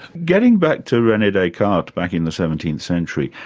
getting back to rene descartes back in the seventeenth century,